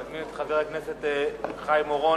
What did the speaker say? אני מזמין את חבר הכנסת חיים אורון,